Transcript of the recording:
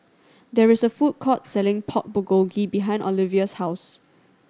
there is a food court selling Pork Bulgogi behind Olivia's house